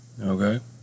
Okay